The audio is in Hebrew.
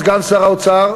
סגן שר האוצר,